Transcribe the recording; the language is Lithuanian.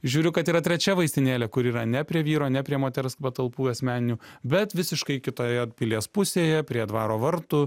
žiūriu kad yra trečia vaistinėlė kur yra ne prie vyro ne prie moters patalpų asmeninių bet visiškai kitoje pilies pusėje prie dvaro vartų